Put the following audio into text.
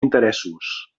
interessos